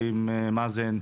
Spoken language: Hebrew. ועם מאזן,